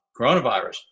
coronavirus